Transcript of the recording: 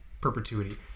perpetuity